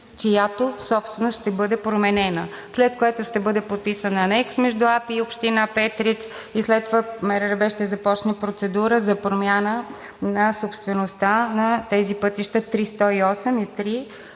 чиято собственост ще бъде променена, след което ще бъде подписан анекс между АПИ и община Петрич. След това МРРБ ще започне процедура за промяна на собствеността на тези пътища –